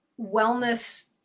wellness